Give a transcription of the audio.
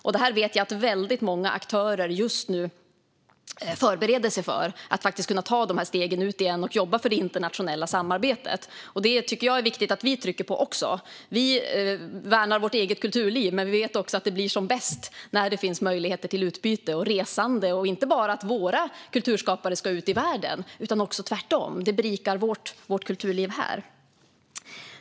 Vi vet att många aktörer just nu förbereder sig för att kunna ta steget ut igen och jobba för det internationella samarbetet. Det tycker jag är viktigt att vi också trycker på för. Vi värnar vårt eget kulturliv, men vi vet att det blir som bäst när det finns möjligheter till utbyte och resande. Det är inte bara att våra kulturskapare ska ut i världen utan också tvärtom - det berikar vårt kulturliv här.